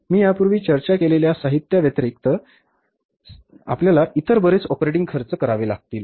मी यापूर्वी चर्चा केलेल्या साहित्याव्यतिरिक्त यादीशिवाय सामग्रीशिवाय आपल्याला इतर बरेच ऑपरेटिंग खर्च करावे लागतील